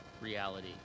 reality